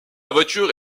voiture